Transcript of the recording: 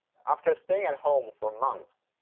after staying at home for months,